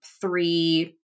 three